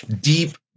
deep